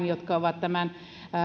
jotka ovat tämän